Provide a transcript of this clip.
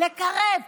לקרב.